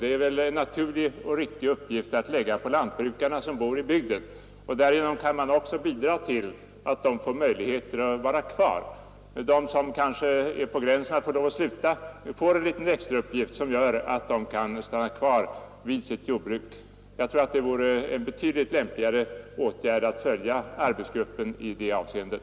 Det borde vara en naturlig och riktig uppgift att lägga på lantbrukarna som bor i bygden; därigenom kan man också bidra till att ge dem möjligheter att vara kvar; de som kanske är på gränsen att behöva sluta får en liten extrauppgift, som gör att de kan stanna kvar vid sitt jordbruk. Jag tror att det vore en betydligt lämpligare åtgärd att följa arbetsgruppens åsikt i det avseendet.